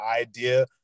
idea